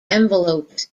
envelopes